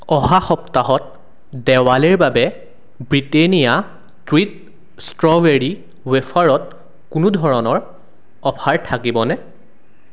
অহা সপ্তাহত দেৱালীৰ বাবে ব্ৰিটেনিয়া ট্ৰীট ষ্ট্ৰবেৰী ৱেফাৰত কোনো ধৰণৰ অফাৰ থাকিব নে